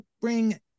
bring